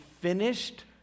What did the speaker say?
finished